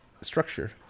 Structure